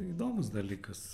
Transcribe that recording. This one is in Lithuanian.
įdomus dalykas